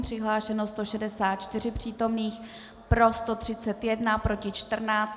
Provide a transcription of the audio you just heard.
Přihlášeno 164 přítomných, pro 131, proti 14.